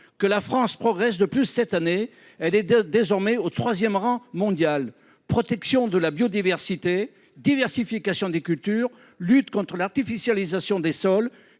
que la France progresse le plus cette année. Elle est désormais au troisième rang mondial. Préservation de la biodiversité, diversification des cultures, lutte contre l’artificialisation des sols,